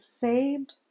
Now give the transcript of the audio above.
saved